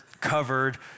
covered